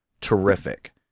Terrific